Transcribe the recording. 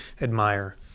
admire